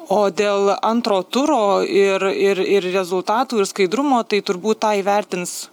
o dėl antro turo ir ir ir rezultatų ir skaidrumo tai turbūt tą įvertins